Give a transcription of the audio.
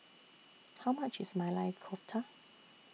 How much IS Maili Kofta